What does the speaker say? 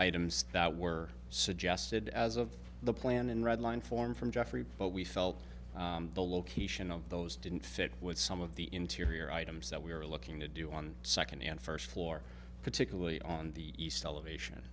items that were suggested as of the plan and redline form from jeffrey but we felt the location of those didn't fit with some of the interior items that we were looking to do on second and first floor particularly on the east elevation